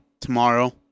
tomorrow